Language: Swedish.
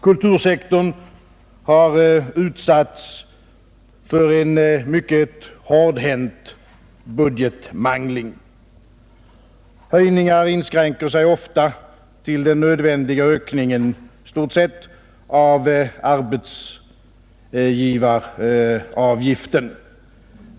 Kultursektorn har utsatts för en mycket hårdhänt budgetmangling. Höjningarna inskränker sig ofta i stort sett till den nödvändiga ökningen av arbetsgivaravgiften.